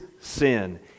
sin